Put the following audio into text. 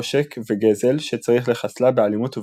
עושק וגזל שצריך לחסלה באלימות ובכוח.